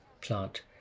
plant